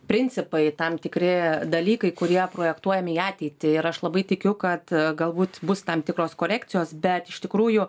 principai tam tikri dalykai kurie projektuojami į ateitį ir aš labai tikiu kad galbūt bus tam tikros korekcijos bet iš tikrųjų